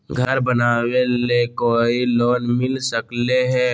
घर बनावे ले कोई लोनमिल सकले है?